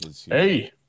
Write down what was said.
Hey